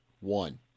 One